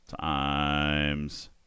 times